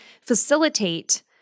facilitate